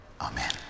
Amen